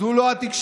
זו לא התקשורת,